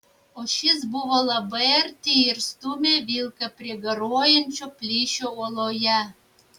o šis buvo labai arti ir stūmė vilką prie garuojančio plyšio uoloje